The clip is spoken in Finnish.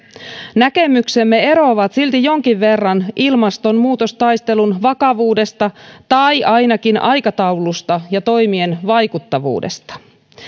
näkemyksemme eroavat silti jonkin verran ilmastonmuutostaistelun vakavuudesta tai ainakin aikataulusta ja toimien vaikuttavuudesta